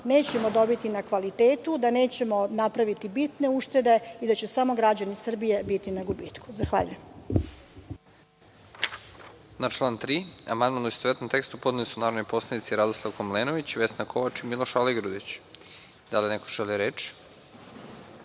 nećemo dobiti na kvalitetu, da nećemo napraviti bitne uštede i da će samo građani Srbije biti na gubitku. Na član 3. amandman u istovetnom tekstu podneli su narodni poslanici Radoslav Komlenović, Vesna Kovač i Miloš Aligrudić. Da li neko želi reč?